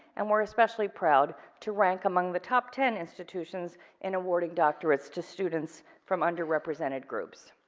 and we are especially proud to rank among the top ten institutions in awarding doctorate to students from under represented groups.